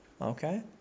Okay